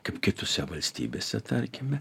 kaip kitose valstybėse tarkime